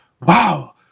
Wow